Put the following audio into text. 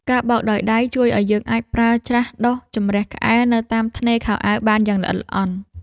ការបោកដោយដៃជួយឱ្យយើងអាចប្រើច្រាសដុសជម្រះក្អែលនៅតាមថ្នេរខោអាវបានយ៉ាងល្អិតល្អន់។